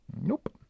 Nope